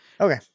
Okay